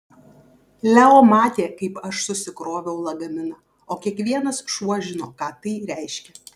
leo matė kaip aš susikroviau lagaminą o kiekvienas šuo žino ką tai reiškia